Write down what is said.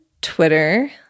Twitter